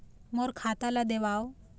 मोर खाता ला देवाव?